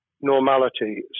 normality